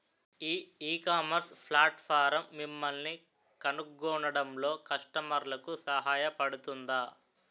ఈ ecommerce platform మిమ్మల్ని కనుగొనడంలో కస్టమర్లకు సహాయపడుతుందా?